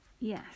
Yes